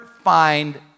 find